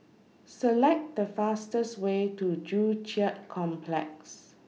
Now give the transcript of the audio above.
Select The fastest Way to Joo Chiat Complex